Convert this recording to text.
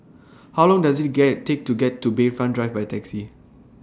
How Long Does IT Take to get to Bayfront Drive By Taxi